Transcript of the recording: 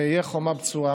ואהיה חומה בצורה.